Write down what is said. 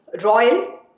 royal